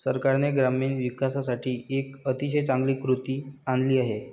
सरकारने ग्रामीण विकासासाठी एक अतिशय चांगली कृती आणली आहे